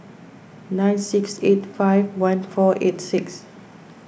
nine six eight five one four eight six